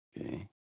okay